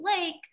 Lake